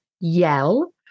Yell